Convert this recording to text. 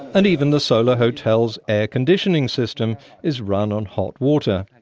and even the solar hotel's air conditioning system is run on hot water.